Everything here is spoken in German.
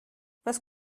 was